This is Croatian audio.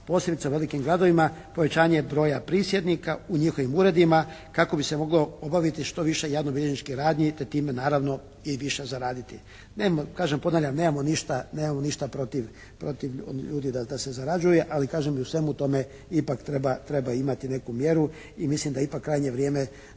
posebice u velikim gradovima povećanje broja prisjednika u njihovim uredima kako bi se moglo obaviti što više javnobilježničkih radnji te naravno i više zaraditi. Nema, kažem ponavljam, nemamo ništa protiv ljudi da se zarađuje, ali kažem jer u svemu tome ipak treba imati neku mjeru i mislim ipak da je krajnje vrijeme